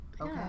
Okay